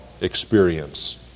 experience